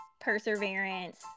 perseverance